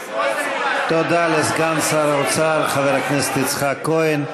תודה לסגן שר האוצר חבר הכנסת יצחק כהן.